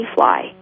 fly